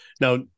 Now